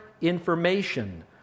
information